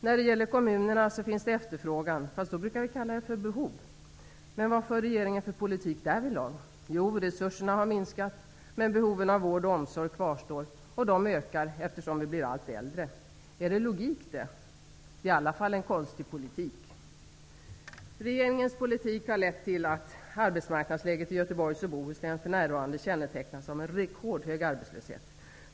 När det gäller kommunerna finns det efterfrågan, fast då brukar den kallas behov. Men vad för regeringen för politik därvidlag? Jo, resurserna har minskat. Men behoven av vård och omsorg kvarstår, och de ökar eftersom vi blir allt äldre. Är detta logik? Det är i alla fall en konstig politik. Regeringens politik har lett till att arbetsmarknadsläget i Göteborgs och Bohus län för närvarande kännetecknas av en rekordhög arbetslöshet.